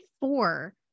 four